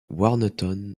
warneton